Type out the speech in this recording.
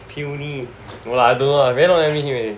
puny no lah I don't know lah I very long never meet him already